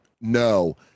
no